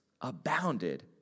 abounded